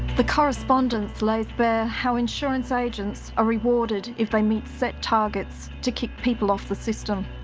the correspondence lays bare how insurance agents are rewarded if they meet set targets to kick people off the system.